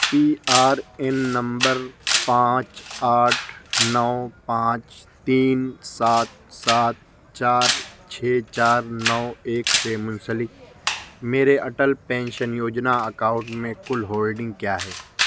پی R N نمبر پانچ آٹھ نو پانچ تین سات سات چار چھ چار نو ایک سے منسلک میرے اٹل پینشن یوجنا اکاؤنٹ میں کل ہولڈنگ کیا ہے